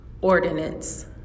ordinance